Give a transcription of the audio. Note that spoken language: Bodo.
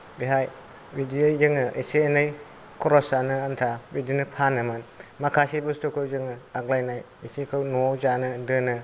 बेहाय बिदियै जोङो एसे एनै खरस जानो आन्था बिदिनो फानोमोन माखासे बुस्तुखौ जोङो आग्लायनाय इसेखौ न'आव जानो दोनो